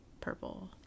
purple